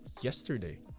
yesterday